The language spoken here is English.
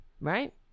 Right